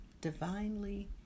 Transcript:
divinely